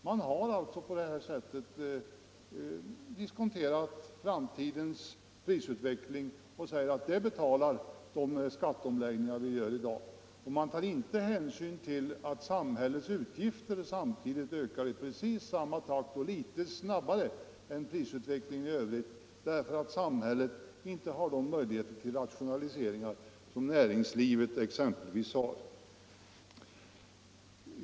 Man har alltså på det här sättet diskonterat framtidens prisutveckling och säger att detta betalar den skatteomläggning vi gör i dag. Man tar inte hänsyn till att samhällets utgifter samtidigt ökar i precis samma takt och litet snabbare än prisutvecklingen i övrigt, eftersom samhället inte har de möjligheter till rationalisering som exempelvis näringslivet har.